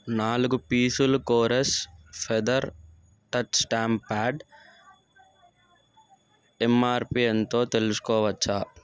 నాలుగు పీసులు Kores feather touch stamp pad MRP ఎంతో తెలుసుకోవచ్చా